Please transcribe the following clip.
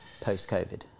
post-Covid